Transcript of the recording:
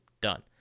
Done